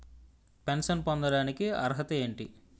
Pension పొందడానికి అర్హత ఏంటి?